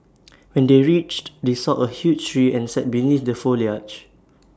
when they reached they saw A huge tree and sat beneath the foliage